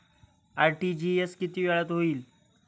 RTGS किती वेळात होईल?